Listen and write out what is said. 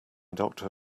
doctor